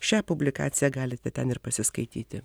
šią publikaciją galite ten ir pasiskaityti